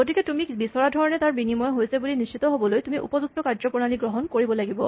গতিকে তুমি বিচৰা ধৰণে ভাৱ বিনিময় হৈছে বুলি নিশ্চিত হ'বলৈ তুমি উপযুক্ত কাৰ্যপ্ৰণালী গ্ৰহণ কৰিব লাগিব